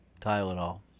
Tylenol